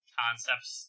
concepts